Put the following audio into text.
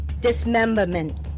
dismemberment